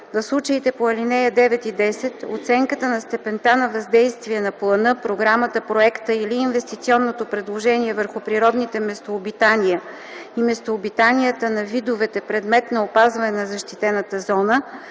В случаите по ал. 9 и 10 оценката на степента на въздействие на плана, програмата, проекта или инвестиционното предложение върху природните местообитания и местообитанията на видовете – предмет на опазване в защитената зона,